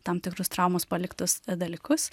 tam tikrus traumos paliktus dalykus